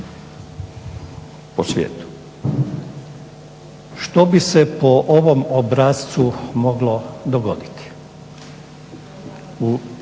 po svijetu. Što bi se po ovom obrascu moglo dogoditi?